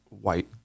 White